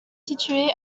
situé